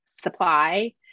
supply